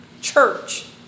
church